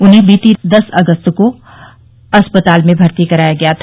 उन्हें बीती दस अगस्त को अस्पताल में भर्ती कराया गया था